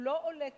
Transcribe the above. הוא לא עולה כסף,